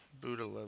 Buddha